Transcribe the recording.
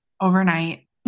overnight